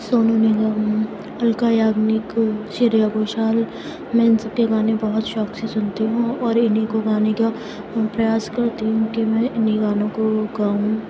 سونو نگم الکا یاگنک شریا گھوشال میں ان سب کے گانے بہت شوق سے سنتی ہوں اور انہیں کو گانے کا پریاس کرتی ہوں کہ میں انہیں گانوں کو گاؤں